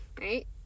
right